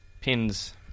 Pins